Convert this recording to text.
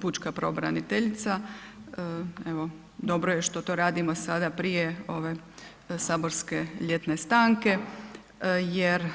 pučka pravobraniteljica, evo dobro je što to radimo sada prije ove saborske ljetne stanke jer